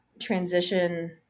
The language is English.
transition